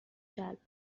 جلب